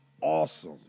awesome